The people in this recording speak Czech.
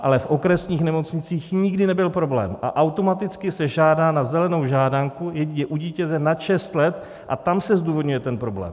Ale v okresních nemocnicích nikdy nebyl problém a automaticky se žádá na zelenou žádanku u dítěte nad šest let a tam se zdůvodňuje ten problém.